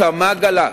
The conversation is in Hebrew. התמ"ג עלה,